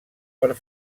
per